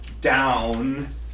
down